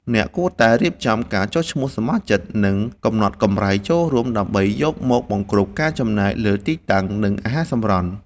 អ្នកគួរតែរៀបចំការចុះឈ្មោះសមាជិក និងកំណត់កម្រៃចូលរួម ដើម្បីយកមកបង្គ្រប់ការចំណាយលើទីតាំង និងអាហារសម្រន់។